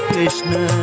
Krishna